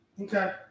Okay